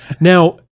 Now